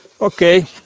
Okay